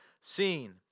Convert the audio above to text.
seen